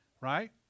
right